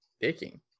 taking